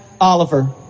Oliver